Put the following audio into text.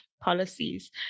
policies